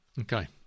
Okay